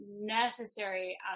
necessary